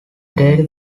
daily